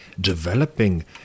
developing